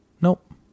Nope